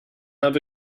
have